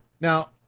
Now